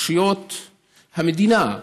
רשויות המדינה,